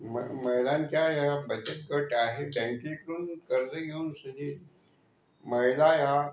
म महिल्यांच्या ह्या बचत गट आहे बँकेतून कर्ज घेऊन महिला ह्या